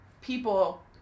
people